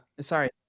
Sorry